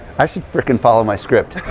i should frickin' follow my script.